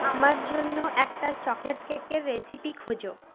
আমার জন্য একটা চকোলেট কেকের রেসিপি খোঁজো